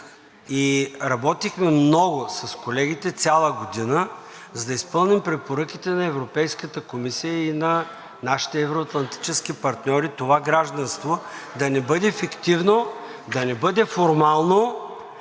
и работихме много с колегите – цяла година, за да изпълним препоръките на Европейската комисия и на нашите евро-атлантически партньори това гражданство да не бъде фиктивно, да не бъде формално,